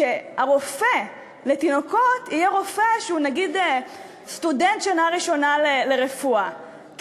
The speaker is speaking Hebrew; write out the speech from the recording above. שהרופא לתינוקות יהיה סטודנט לרפואה בשנה הראשונה,